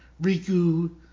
Riku